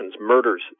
murders